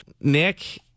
Nick